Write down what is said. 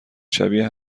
شبیه